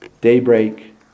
daybreak